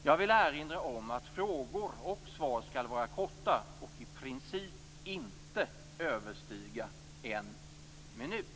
Jag vill erinra om att frågor och svar skall vara korta och i princip inte överstiga en minut.